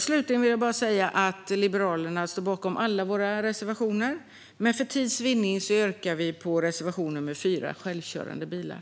Slutligen vill jag säga att vi i Liberalerna står bakom alla våra reservationer, men för tids vinnande yrkar vi bifall bara till reservation nr 4 om självkörande bilar.